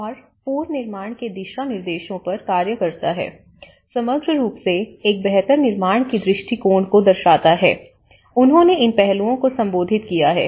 और पुनर्निर्माण के दिशा निर्देशों पर कार्य करता है समग्र रूप से एक बेहतर निर्माण की दृष्टिकोण को दर्शाता है उन्होंने इन पहलुओं को संबोधित किया है